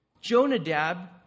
Jonadab